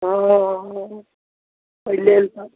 हँ हँ ओहि लेल तऽ